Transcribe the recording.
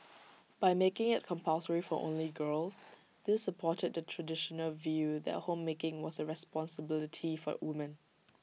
by making IT compulsory for only girls this supported the traditional view that homemaking was A responsibility for women